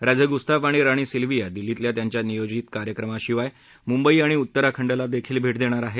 राजे गुस्ताफ आणि राणी सिल्व्हिया दिल्लीतल्या त्यांच्या नियोजित कार्यक्रमाशिवाय मुंबई आणि उत्तराखंडला देखील भेट देणार आहेत